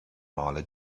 mála